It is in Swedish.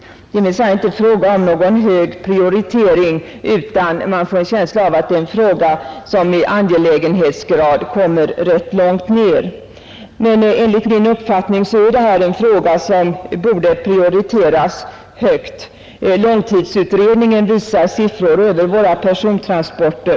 Det är minsann inte fråga om någon hög prioritering, utan man får en känsla av att det är en fråga som i angelägenhetsgrad kommer rätt långt ned. Enligt min uppfattning är detta emellertid en fråga som borde prioriteras högt. Långtidsutredningen visar siffror över våra persontransporter.